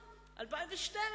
או לפחות אין שום ודאות